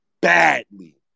badly